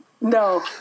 No